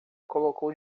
colocou